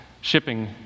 shipping